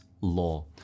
law